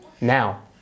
now